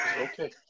okay